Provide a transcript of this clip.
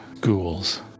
ghouls